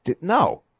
no